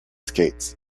skates